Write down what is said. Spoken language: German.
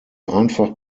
einfach